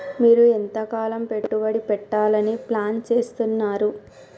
మీరు ఎంతకాలం పెట్టుబడి పెట్టాలని ప్లాన్ చేస్తున్నారు?